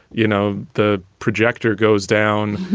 you know, the projector goes down,